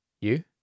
You